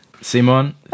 Simon